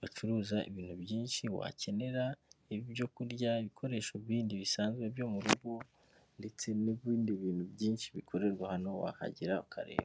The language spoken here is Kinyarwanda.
bacuruza ibintu byinshi wakenera, ibyo kurya, ibikoresho bindi bisanzwe byo mu rugo, ndetse n'ibindi bintu byinshi bikorerwa hano wahagera ukareba.